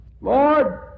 Lord